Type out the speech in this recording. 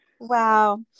wow